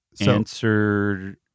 Answer